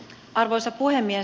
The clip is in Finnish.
arvoisa puhemies